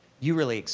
you really